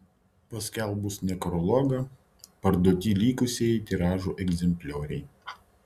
paskelbus nekrologą parduoti likusieji tiražo egzemplioriai